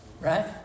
right